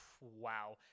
wow